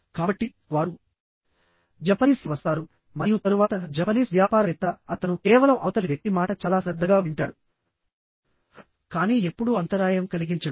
కాబట్టి వారు జపనీస్ కి వస్తారు మరియు తరువాత జపనీస్ వ్యాపారవేత్త అతను కేవలం అవతలి వ్యక్తి మాట చాలా శ్రద్ధగా వింటాడు కానీ ఎప్పుడూ అంతరాయం కలిగించడు